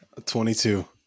22